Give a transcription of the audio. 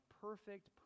perfect